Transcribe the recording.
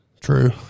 True